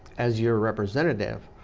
as your representative,